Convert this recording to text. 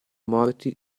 morti